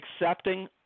accepting